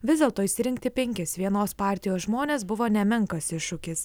vis dėlto išsirinkti penkis vienos partijos žmones buvo nemenkas iššūkis